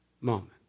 moment